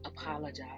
apologize